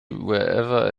wherever